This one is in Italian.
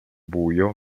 buio